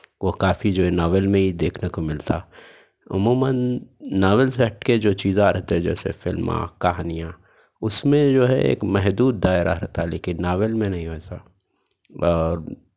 وہ کافی جو ہے ناول میں یہ دیکھنے کو ملتا عموماً ناول سے ہٹ کے جو چیزیں رہتا جیسے فلمیں کہانیاں اس میں جو ہے ایک محدود دائرہ رہتا لیکن ناول میں نہیں ویسا اور